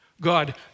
God